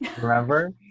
remember